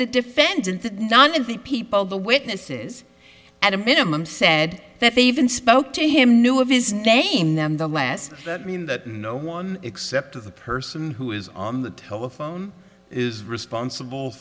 the defendant that none of the people the witnesses at a minimum said that they even spoke to him knew of his name them the less that mean that no one except to the person who is on the telephone is responsible